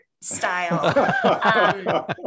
style